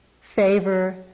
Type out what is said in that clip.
favor